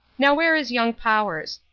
now where is young powers?